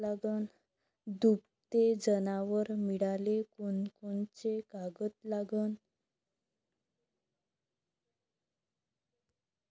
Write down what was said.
दुभते जनावरं मिळाले कोनकोनचे कागद लागन?